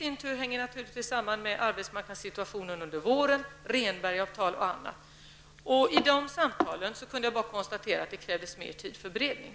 Det hänger i sin tur samman med arbetsmarknadssituationen under våren, Rehnbergavtal osv. I dessa samtal har jag bara kunnat konstatera att det krävs mer tid för beredning.